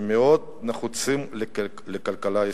שמאוד נחוצים לכלכלת ישראל.